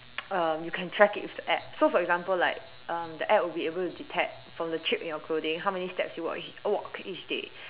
um you can track it with the App so for example like um the App will be able to detect from the chip in your clothing how many steps you walk walk each day